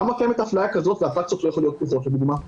למה קיימת אפליה כזאת ואטרקציות לא יכולות להיות פתוחות לדוגמה?